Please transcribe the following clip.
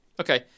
Okay